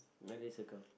nine days ago